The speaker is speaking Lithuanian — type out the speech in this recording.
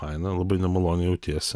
faina labai nemaloniai jautiesi